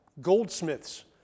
goldsmiths